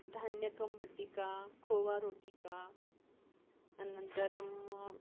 धान्यकम् वट्टिका खोवारोटिका अनन्तरं